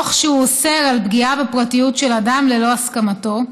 תוך שהוא אוסר על פגיעה בפרטיות של אדם ללא הסכמתו.